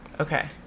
Okay